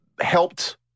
helped